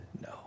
no